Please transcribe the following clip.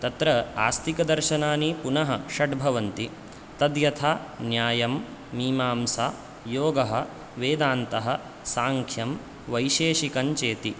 तत्र आस्तिकदर्शनानि पुनः षड्भवन्ति तद्यथा न्यायं मीमांसा योगः वेदान्तः साङ्ख्यं वैशेषिकञ्चेति